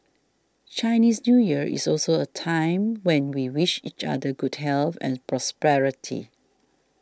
Chinese New Year is also a time when we wish each other good health and prosperity